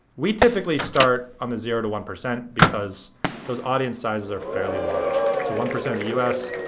we typically start on the zero to one percent because those audience sizes are fairly large, so one percent of the us.